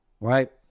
right